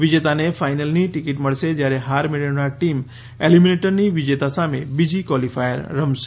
વિજેતાને ફાઇનલની ટીકિટ મળશે જ્યારે હાર મેળવનાર ટીમ એલીમીનેટરની વિજેતા સામે બીજી ક્વોલિફાયર રમશે